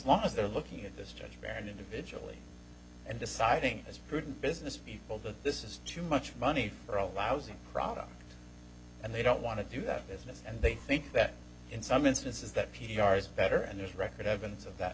long as they're looking at this judge and individually and deciding as prudent business people that this is too much money for a lousy product and they don't want to do that business and they think that in some instances that p r is better and there's record evidence of that